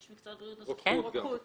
רוקחות.